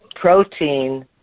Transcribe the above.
protein